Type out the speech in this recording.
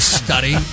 study